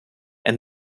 and